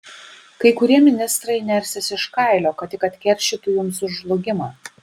kai kurie ministrai nersis iš kailio kad tik atkeršytų jums už žlugimą